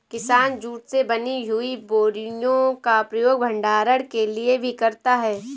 किसान जूट से बनी हुई बोरियों का प्रयोग भंडारण के लिए भी करता है